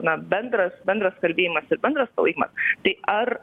na bendras bendras kalbėjimas ir bendras palaikymas tai ar